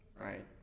right